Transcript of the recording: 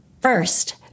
first